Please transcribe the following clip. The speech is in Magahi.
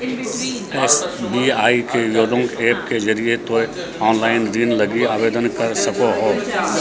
एस.बी.आई के योनो ऐप के जरिए तोय ऑनलाइन ऋण लगी आवेदन कर सको हो